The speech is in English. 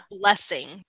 Blessing